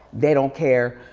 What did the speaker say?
they don't care.